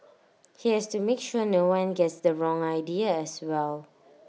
he has to make sure no one gets the wrong idea as well